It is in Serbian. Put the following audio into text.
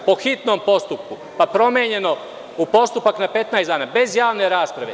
Po hitnom postupku, pa promenjeno u postupak na 15 dana, bez javne rasprave.